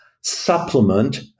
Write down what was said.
supplement